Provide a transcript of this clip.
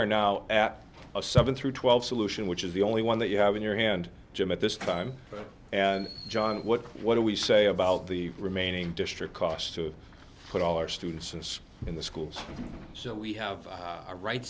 are now at a seven through twelve solution which is the only one that you have in your hand jim at this time and john what what do we say about the remaining district costs to put all our students since in the schools so we have